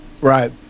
Right